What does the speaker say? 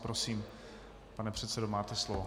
Prosím, pane předsedo, máte slovo.